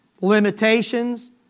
limitations